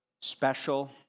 special